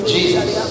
Jesus